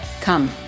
come